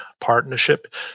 partnership